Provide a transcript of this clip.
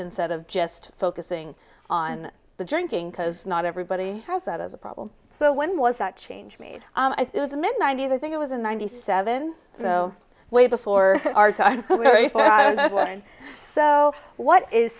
instead of just focusing on the junkie because not everybody has that as a problem so when was that change made it was a mid ninety's i think it was in ninety seven so way before our time so what is